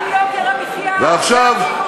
מבית ומחוץ על עצם היותה,